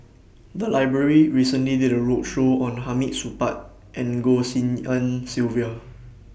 The Library recently did A roadshow on Hamid Supaat and Goh Tshin En Sylvia